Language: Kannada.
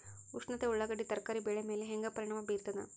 ಉಷ್ಣತೆ ಉಳ್ಳಾಗಡ್ಡಿ ತರಕಾರಿ ಬೆಳೆ ಮೇಲೆ ಹೇಂಗ ಪರಿಣಾಮ ಬೀರತದ?